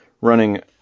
running